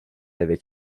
avec